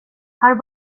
hör